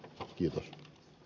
kiitosta